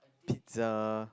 pizza